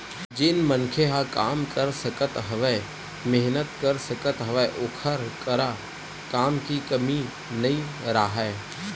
जेन मनखे ह काम कर सकत हवय, मेहनत कर सकत हवय ओखर करा काम के कमी नइ राहय